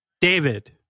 David